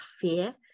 fear